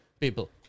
people